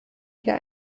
hier